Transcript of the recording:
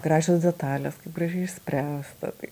gražios detalės kaip gražiai išspręsta tai